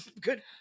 good